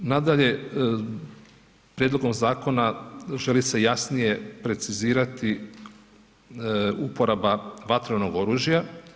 Nadalje, prijedlogom zakona želi se jasnije precizirati uporaba vatrenog oružja.